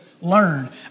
learn